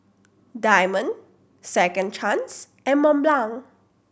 Diamond Second Chance and Mont Blanc